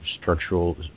structural